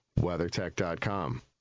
WeatherTech.com